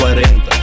40